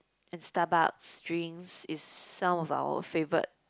and Starbucks drinks is some of our favourite